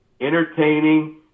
entertaining